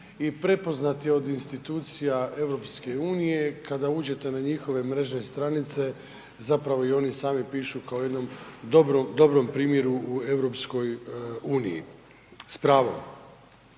i prepoznat je od institucija EU-a, kada uđete na njihove mrežne stranice, zapravo i oni sami pišu kao u jednom primjeru u EU-u s pravom.